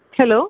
hello